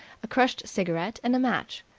a crushed cigarette, and a match.